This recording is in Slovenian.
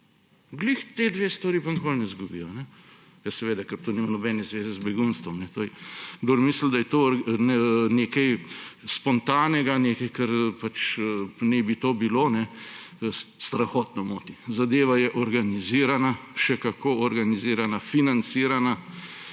Ravno ti dve stvari pa nikoli ne izgubijo. Ja, seveda, ker to nima nobene zveze z begunstvom. Kdor misli, da je to nekaj spontanega, nekaj, kar pač naj bi to bilo, se strahotno moti. Zadeva je organizirana, še kako organizirana, financirana